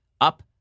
up